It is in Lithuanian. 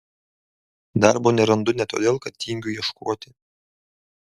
darbo nerandu ne todėl kad tingiu ieškoti